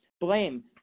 blame